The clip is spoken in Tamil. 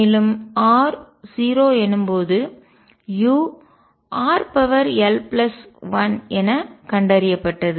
மேலும் r 0 எனும்போது u rl1 என கண்டறியப்பட்டது